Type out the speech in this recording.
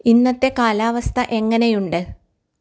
ഇന്നത്തെ കാലാവസ്ഥ എങ്ങനെയുണ്ട്